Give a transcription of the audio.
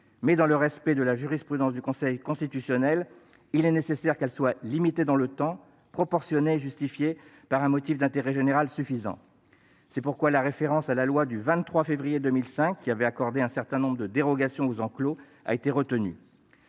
mais, dans le respect de la jurisprudence du Conseil constitutionnel, il est nécessaire qu'elle soit limitée dans le temps, proportionnée et justifiée par un motif d'intérêt général suffisant. C'est pourquoi la référence à la loi du 23 février 2005, qui avait accordé un certain nombre de dérogations aux enclos, a été retenue.